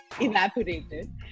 evaporated